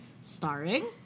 starring